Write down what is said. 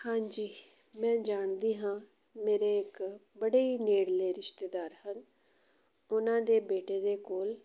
ਹਾਂਜੀ ਮੈਂ ਜਾਣਦੀ ਹਾਂ ਮੇਰੇ ਇੱਕ ਬੜੇ ਹੀ ਨੇੜਲੇ ਰਿਸ਼ਤੇਦਾਰ ਹਨ ਉਹਨਾਂ ਦੇ ਬੇਟੇ ਦੇ ਕੋਲ